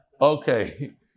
Okay